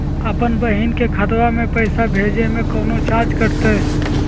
अपन बहिन के खतवा में पैसा भेजे में कौनो चार्जो कटतई?